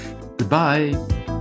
Goodbye